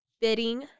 bidding